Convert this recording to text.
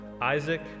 Isaac